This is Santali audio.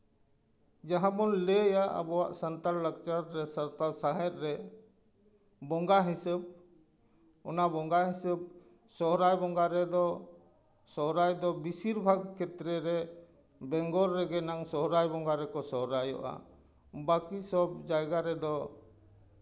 ᱡᱟᱦᱟᱸ ᱵᱚᱱ ᱞᱟᱹᱭᱟ ᱟᱵᱚᱣᱟᱜ ᱥᱟᱱᱛᱟᱲ ᱞᱟᱠᱪᱟᱨ ᱨᱮ ᱥᱟᱱᱛᱟᱲ ᱥᱟᱶᱦᱮᱫ ᱨᱮ ᱵᱚᱸᱜᱟ ᱦᱤᱥᱟᱹᱵᱽ ᱚᱱᱟ ᱵᱚᱸᱜᱟ ᱦᱤᱥᱟᱹᱵᱽ ᱥᱚᱨᱦᱟᱭ ᱵᱚᱸᱜᱟ ᱨᱮᱫᱚ ᱥᱚᱨᱦᱟᱭ ᱫᱚ ᱵᱮᱥᱤᱨ ᱵᱷᱟᱜᱽ ᱠᱷᱮᱛᱨᱮ ᱨᱮ ᱵᱮᱝᱜᱚᱞ ᱨᱮᱜᱮ ᱱᱟᱝ ᱥᱚᱨᱦᱟᱭ ᱵᱚᱸᱜᱟ ᱨᱮᱠᱚ ᱥᱚᱦᱨᱟᱭᱚᱜᱼᱟ ᱵᱟᱹᱠᱤ ᱥᱚᱵᱽ ᱡᱟᱭᱜᱟ ᱨᱮᱫᱚ